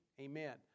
Amen